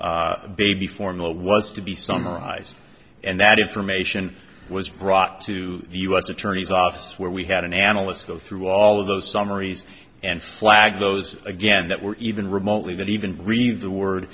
baby formula was to be summarized and that information was brought to the u s attorney's office where we had an analyst go through all of those summaries and flagged those again that were even remotely that even received the word